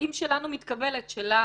שלה